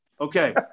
Okay